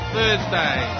Thursday